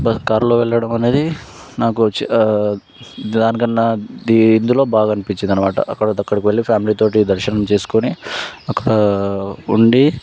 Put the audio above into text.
కార్లో వెళ్ళడం అనేది నాకు దానికన్నా ఇందులో బాగా అనిపించింది అన్నమాట అక్కడికి అలా వెళ్ళి ఫ్యామిలీతో దర్శనం చేసుకుని ఉండి